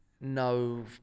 no